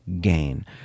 gain